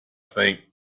think